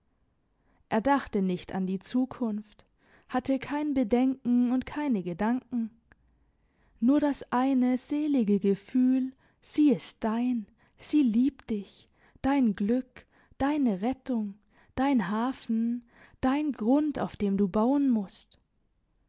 er dachte nicht an die zukunft hatte kein bedenken und keine gedanken nur das eine selige gefühl sie ist dein sie liebt dich dein glück deine rettung dein hafen dein grund auf dem du bauen musst